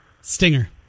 Stinger